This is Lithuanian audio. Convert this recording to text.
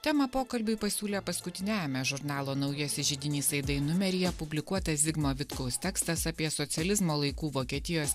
temą pokalbiui pasiūlė paskutiniajame žurnalo naujasis židinys aidai numeryje publikuotas zigmo vitkaus tekstas apie socializmo laikų vokietijos